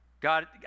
God